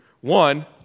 One